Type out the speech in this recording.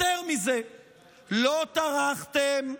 יותר מזה, לא טרחתם,